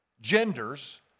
genders